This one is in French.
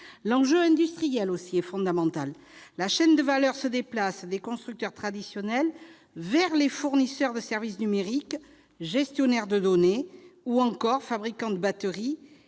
L'enjeu industriel est aussi fondamental. La chaîne de valeur se déplace, des constructeurs traditionnels vers les fournisseurs de services numériques, gestionnaires de données, ou encore fabricants de batteries,